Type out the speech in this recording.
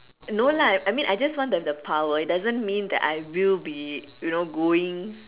no lah I mean I just want to have the power it doesn't mean that I will be you know going